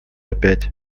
опять